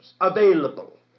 available